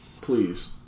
Please